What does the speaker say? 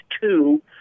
two